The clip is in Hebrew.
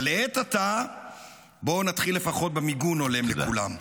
לעת עתה בואו נתחיל לפחות במיגון הולם לכולם.